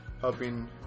helping